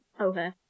Okay